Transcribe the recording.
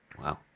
Wow